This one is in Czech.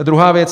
Druhá věc.